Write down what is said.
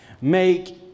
Make